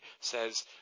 says